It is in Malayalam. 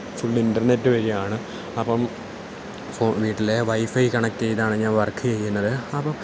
ഫുൾ ഇൻറ്റർനെറ്റ് വഴിയാണ് അപ്പം വീട്ടിലെ വൈഫൈ കണക്ട് ചെയ്താണ് ഞാൻ വർക്ക് ചെയ്യുന്നത് അപ്പോൾ